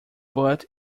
but